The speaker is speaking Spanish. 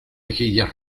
mejillas